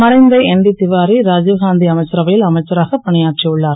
மறைந்த என்டி வாரி ராஜி காந் அமைச்சரவை ல் அமைச்சராக பணியாற்றி உள்ளார்